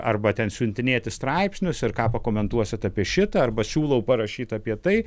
arba ten siuntinėti straipsnius ir ką pakomentuosit apie šitą arba siūlau parašyt apie tai